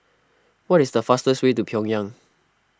what is the fastest way to Pyongyang